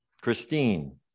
Christine